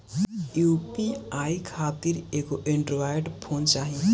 UPI खातिर एगो Android phone चाही